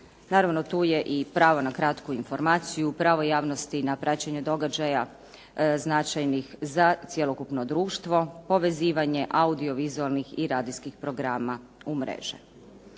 Naravno, tu je i pravo na kratko na kratku informaciju, pravo javnosti na praćenje događaja značajnih za cjelokupno društvo, povezivanje audiovizualnih i radijskih programa u mreže.